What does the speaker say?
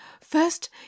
first